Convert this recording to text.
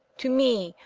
to me,